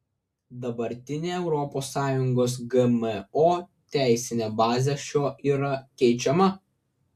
dabartinė europos sąjungos gmo teisinė bazė šiuo yra keičiama